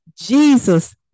Jesus